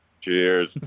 Cheers